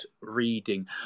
reading